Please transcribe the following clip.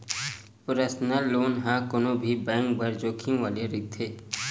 personal loan ह कोनो भी बेंक बर जोखिम वाले रहिथे